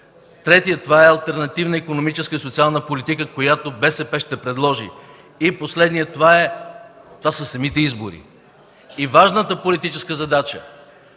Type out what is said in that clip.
Третото е алтернативна икономическа и социална политика, която БСП ще предложи. И последното – това са самите избори. Важната политическа задача